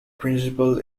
principal